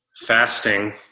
fasting